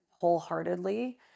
wholeheartedly